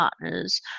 partners